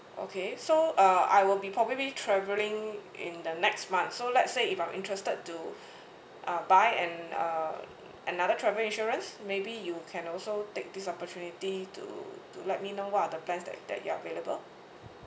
okay so uh I will be probably traveling in the next month so let's say if I'm interested to uh buy and uh another travel insurance maybe you can also take this opportunity to to let me know what are the plans that that are available